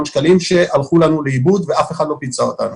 שקלים שהלכו לנו לאיבוד ואף אחד לא פיצה אותנו.